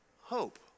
Hope